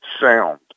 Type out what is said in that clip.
sound